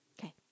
Okay